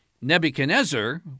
Nebuchadnezzar